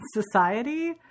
society